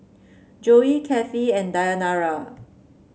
Joey Kathie and Dayanara